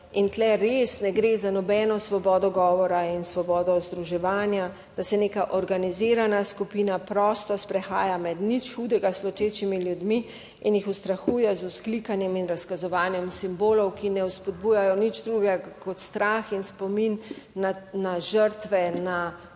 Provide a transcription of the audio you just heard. in tu res ne gre za nobeno svobodo govora in svobodo združevanja, da se neka organizirana skupina prosto sprehaja med nič hudega slutečimi ljudmi in jih ustrahuje z vzklikanjem in razkazovanjem simbolov, ki ne vzpodbujajo nič drugega kot strah in spomin na žrtve, na